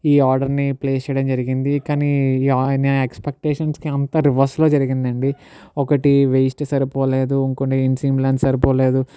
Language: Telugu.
ఈ ఆర్డర్ని ప్లేస్ చేయడం జరిగింది కానీ నీ ఈ నేను ఎక్స్పెట్టేషన్స్కి అంతా రివర్స్లో జరిగిందండి ఒకటి వేస్ట్ సరిపోలేదు ఇంకోటి ఇన్సిమిలెన్స్ సరిపోలేదు